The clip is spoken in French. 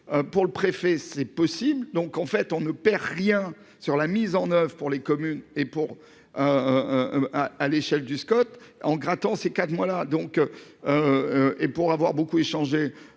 Pour le préfet, c'est possible. Donc en fait on ne perd rien sur la mise en oeuvre pour les communes et pour. Hein, hein à l'échelle du Scott en grattant ses quatre mois là donc. Et pour avoir beaucoup échangé